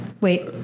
Wait